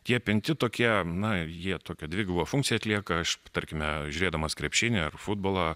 tie pinti tokie na jie tokią dvigubą funkciją atlieka aš tarkime žiūrėdamas krepšinį ar futbolą